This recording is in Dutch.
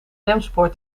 remspoor